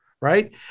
right